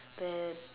then